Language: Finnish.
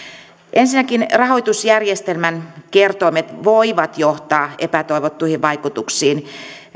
ensinnäkin rahoitusjärjestelmän kertoimet voivat johtaa epätoivottuihin vaikutuksiin